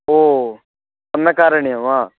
ओ अन्यकारणे वा